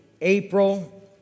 April